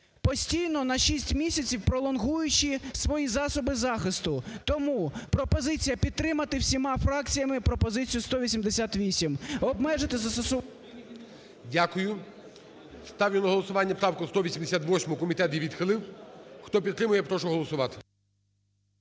постійно на 6 місяців пролонгуючи свої засоби захисту. Тому пропозиція підтримати всіма фракціями і пропозицію 188. Обмежити… ГОЛОВУЮЧИЙ. Дякую. Ставлю на голосування правку 188, комітет її відхилив. Хто підтримує, я прошу голосувати.